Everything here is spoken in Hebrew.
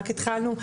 רק התחלנו,